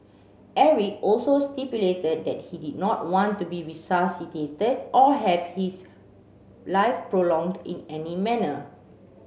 Eric also stipulated that he did not want to be resuscitated or have his life prolonged in any manner